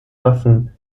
waffen